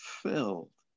filled